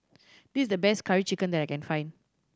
this is the best Curry Chicken that I can find